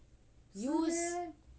use